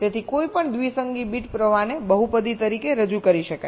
તેથી કોઈપણ binary bit stream ને બહુપદી તરીકે રજૂ કરી શકાય છે